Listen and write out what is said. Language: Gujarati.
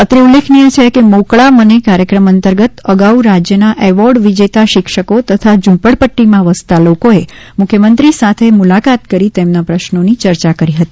અત્રે ઉલ્લેખનીય છે કે મોકળા મને કાર્યક્રમ અંતર્ગત અગાઉ રાજ્યના એવોર્ડ વિજેતા શિક્ષકો તથા ઝુંપડપટ્ટીમાં વસતા લોકોએ મુખ્યમંત્રી સાથે મુલાકાત કરી તેમના પ્રશ્નોની યર્ચા કરી હતી